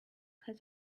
had